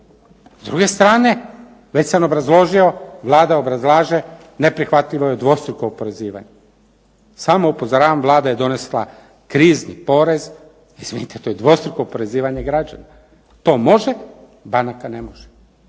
S druge strane, već sam obrazložio Vlada obrazlaže neprihvatljivo je dvostruko oporezivanje. Samo upozoravam Vlada je donesla krizni porez, izvinite to je dvostruko oporezivanje građana. To može, banaka ne može.